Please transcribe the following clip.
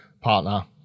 partner